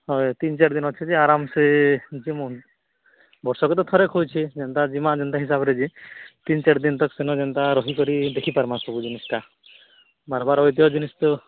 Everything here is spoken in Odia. ହଁ ତିନ ଚାରି ଦିନ ଅଛି ଯେ ଆରମଶେ ଯିମୁନ ବର୍ଷକରେ ଥରେ ହୋଇଛି ତିନ ଚାର ଦିନ ରହିକରି ଦେଖି ପାରିବୁ ସବୁ ଜିନିଷ ଟା